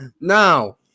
Now